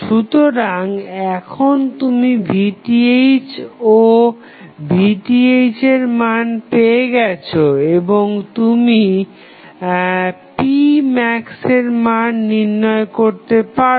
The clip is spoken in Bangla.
সুতরাং এখন তুমি Rth ও Vth এর মান পেয়ে গেছো এবং তুমি p max এর মান নির্ণয় করতে পারো